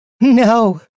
No